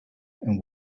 and